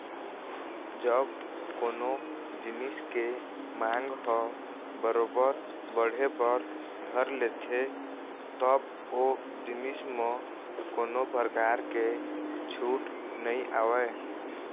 जब कोनो जिनिस के मांग ह बरोबर बढ़े बर धर लेथे तब ओ जिनिस म कोनो परकार के छूट नइ आवय